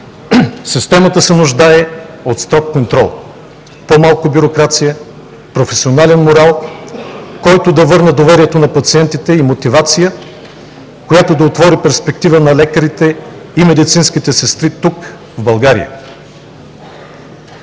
Системата се нуждае от строг контрол, по-малко бюрокрация, професионален морал, който да върне доверието на пациентите и мотивация, която да отвори перспектива на лекарите и медицинските сестри тук, в България.